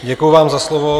Děkuji vám za slovo.